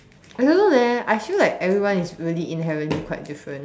I don't know leh I feel like everyone is really inherently quite different